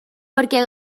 perquè